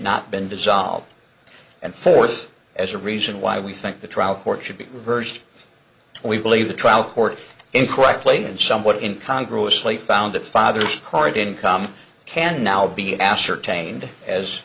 not been dissolved and fourth as a reason why we think the trial court should be reversed we believe the trial court incorrectly and somewhat in congress late founding fathers current income can now be ascertained as